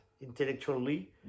intellectually